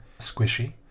squishy